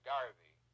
Garvey